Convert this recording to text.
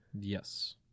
Yes